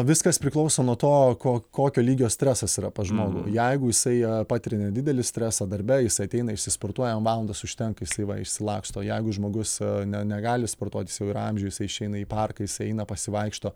viskas priklauso nuo to ko kokio lygio stresas yra pas žmogų jeigu jisai patiria nedidelį stresą darbe jis ateina išsisportuoja jam valandos užtenka jisai va išsilaksto o jeigu žmogus ne negali sportuot jis jau yra amžiuj jisai išeina į parką jis eina pasivaikšto